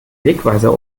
wegweiser